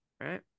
right